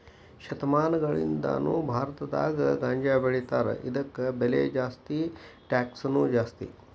ಶತಮಾನಗಳಿಂದಾನು ಭಾರತದಾಗ ಗಾಂಜಾಬೆಳಿತಾರ ಇದಕ್ಕ ಬೆಲೆ ಜಾಸ್ತಿ ಟ್ಯಾಕ್ಸನು ಜಾಸ್ತಿ